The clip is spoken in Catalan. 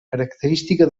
característica